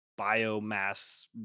biomass